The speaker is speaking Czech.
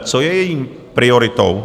Co je její prioritou?